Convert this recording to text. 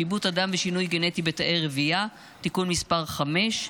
(שיבוט אדם ושינוי גנטי בתאי רבייה) (תיקון מס' 5),